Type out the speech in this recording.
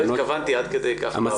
לא התכוונתי עד כדי כך לעבר.